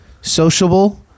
Sociable